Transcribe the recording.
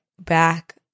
back